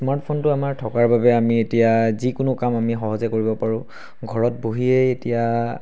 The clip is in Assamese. স্মাৰ্টফোনটো থকাৰ বাবে আমি এতিয়া যিকোনো কাম আমি সহজে কৰিব পাৰোঁ ঘৰত বহিয়ে এতিয়া